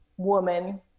woman